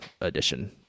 edition